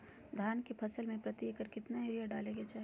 धान के फसल में प्रति एकड़ कितना यूरिया डाले के चाहि?